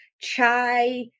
chai